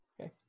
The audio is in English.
okay